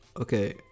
okay